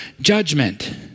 judgment